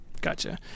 gotcha